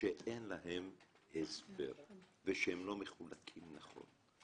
שאין להם הסבר ושהם לא מחולקים נכון,